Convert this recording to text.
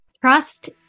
Trust